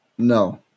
No